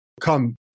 come